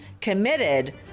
committed